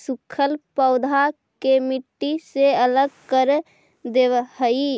सूखल पौधा के मट्टी से अलग कर देवऽ हई